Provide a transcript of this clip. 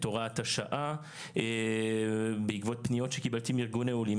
את הוראת השעה בעקבות פניות שקיבלתי מארגוני עולים,